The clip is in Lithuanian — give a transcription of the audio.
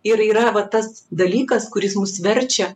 ir yra va tas dalykas kuris mus verčia